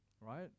right